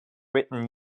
written